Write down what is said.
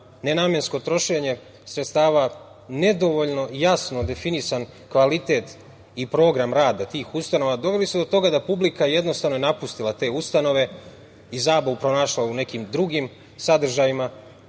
nenamensko trošenje sredstava, nedovoljno jasno definisan kvalitet i program rada tih ustanova, doveli su do toga da je publika napustila te ustanove i zabavu pronašla u nekim drugim sadržajima,